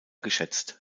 geschätzt